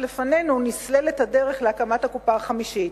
לפנינו נסללת הדרך להקמת הקופה החמישית.